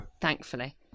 Thankfully